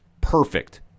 perfect